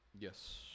Yes